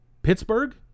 Pittsburgh